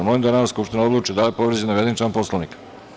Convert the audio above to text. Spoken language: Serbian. Molim da Narodna skupština odluči da li je povređen navedeni član Poslovnika.